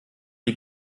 die